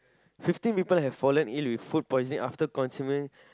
fifteen people have fallen ill with food poisoning after consuming